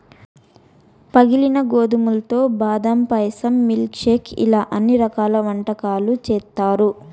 పగిలిన గోధుమలతో బాదం పాయసం, మిల్క్ షేక్ ఇలా అన్ని రకాల వంటకాలు చేత్తారు